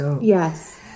Yes